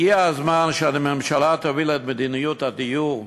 הגיע הזמן שהממשלה תוביל את מדיניות הדיור,